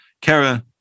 Kara